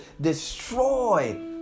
destroy